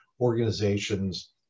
organizations